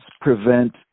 prevent